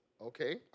Okay